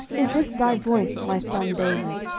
is this thy voice, my son david?